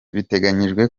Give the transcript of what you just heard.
biteganywa